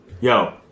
Yo